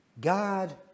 God